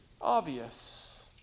obvious